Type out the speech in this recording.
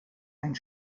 ein